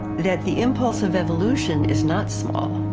that the impulse of evolution is not small.